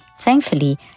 Thankfully